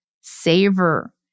Savor